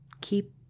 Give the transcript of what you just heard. keep